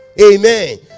amen